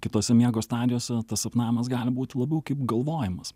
kitose miego stadijose tas sapnavimas gali būt labiau kaip galvojimas